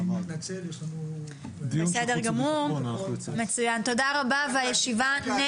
אני רק רוצה להגיד בעקבות המינוי של ידידי סימון דוידסון